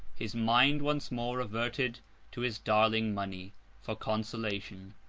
his mind once more reverted to his darling money for consolation,